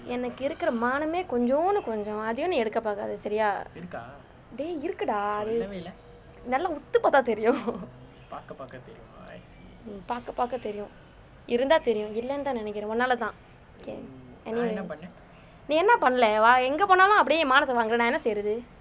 எனக்கு இருக்கிற மானமே கொஞ்சொண்ட கொஞ்சம் அதையும் நீ எடுக்க பார்க்காத சரியா:enakku irukkira maname konchonda koncham athaiyum ni edukka paarkkatha sariyaa dey இருக்கு:irukku dah நல்லா உத்து பார்த்தா தெரியும்::nallaa utthu paartthaa theriyum mm பார்க்க பார்க்க தெரியும் இருந்தா தெரியும் இல்லை தான் நினைக்கிறன் உன்னால தான்:paarkka paarkka theriyum irunthaa theriyum illai thaan ninaikiren can anyway நீ என்ன பண்ணலை வா எங்க போனாலும் அப்படியே மானத்தை வாங்குற நான் என்ன செய்றது:ni enna pannalai vaa enga ponaalum appadiye maanathai vaangura naan enna seyrathu